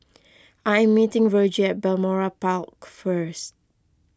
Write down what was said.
I am meeting Virgie at Balmoral Park first